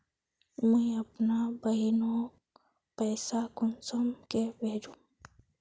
मुई अपना बहिनोक पैसा कुंसम के भेजुम?